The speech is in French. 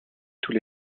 tous